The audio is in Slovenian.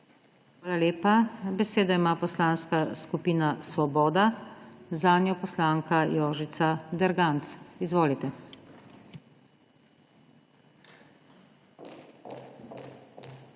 Hvala lepa. Besedo ima Poslanska skupina Svoboda, zanjo poslanka Jožica Derganc. Izvolite. JOŽICA